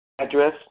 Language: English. address